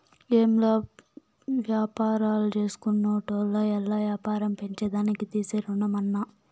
ఏంలా, వ్యాపారాల్జేసుకునేటోళ్లు ఆల్ల యాపారం పెంచేదానికి తీసే రుణమన్నా